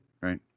right